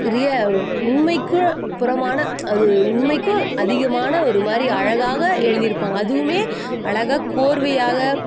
ரிய உண்மைக்கு புறமான அது உண்மைக்கும் அதிகமான அது ஒரு மாதிரி அழகாக எழுதியிருப்பாங்க அதுவுமே அழகா கோர்வையாக